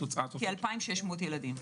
כ-2,600 ילדים.